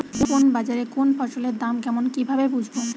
কোন বাজারে কোন ফসলের দাম কেমন কি ভাবে বুঝব?